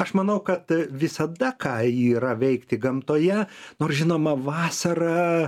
aš manau kad visada ką yra veikti gamtoje nors žinoma vasarą